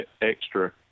extra